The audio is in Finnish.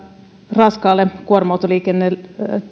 raskaan kuorma autoliikenteen